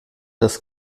das